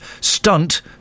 Stunt